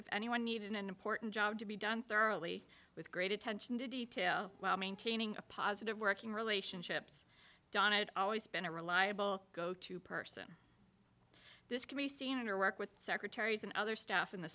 if anyone needed an important job to be done thoroughly with great attention to detail while maintaining a positive working relationships donna had always been a reliable go to person this can be seen in her work with secretaries and other staff in the